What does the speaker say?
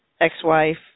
ex-wife